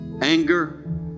anger